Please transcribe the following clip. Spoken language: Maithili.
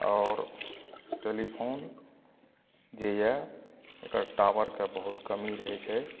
आओर टेलीफोन जे यऽ एकर टॉवरके बहुत कमी रहै छै